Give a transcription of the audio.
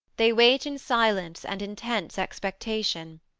they wait in silence and intense expectation.